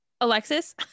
Alexis